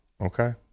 Okay